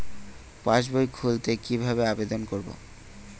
পাসবই খুলতে কি ভাবে আবেদন করব?